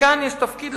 כאן לכנסת יש תפקיד,